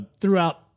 throughout